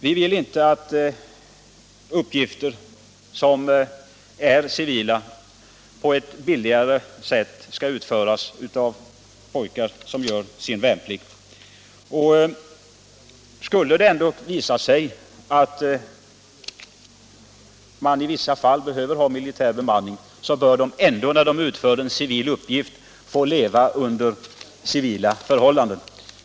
Vi vill inte att civila uppgifter skall utföras billigare av pojkar som gör sin värnplikt. Skulle det visa sig att man behöver ha militär bemanning i vissa fall, bör manskapet ändå få leva under civila förhållanden när civila uppgifter fullgörs.